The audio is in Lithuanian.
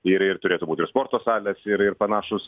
ir ir turėtų būt ir sporto salės ir ir panašūs